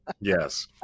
Yes